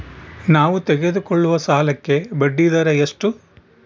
ನಾವು ತೆಗೆದುಕೊಳ್ಳುವ ಸಾಲಕ್ಕೆ ಬಡ್ಡಿದರ ಎಷ್ಟು?